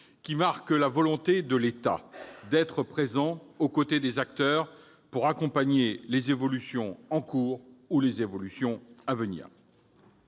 qui marque la volonté de l'État d'être présent aux côtés des acteurs pour accompagner les évolutions en cours ou à venir.